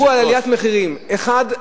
דיברו על עליית מחירים: אחת,